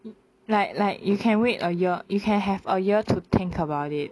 like like you can wait a year you can have a year to think about it